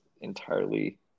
entirely